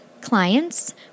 clients